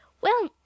Well